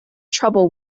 trouble